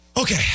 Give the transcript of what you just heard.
Okay